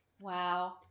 wow